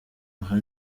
aha